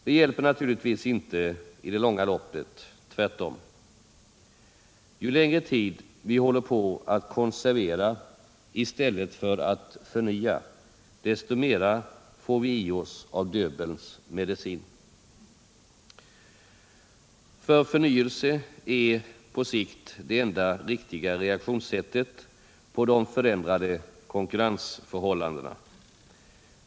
Det hjälper naturligtvis inte i det långa loppet. Tvärtom! Ju längre tid vi håller på att konservera i stället för att förnya, desto mera får vi i oss av Döbelns medicin. Ty förnyelse är på sikt det enda riktiga reaktionssättet på de förändrade konkurrensförhållandena.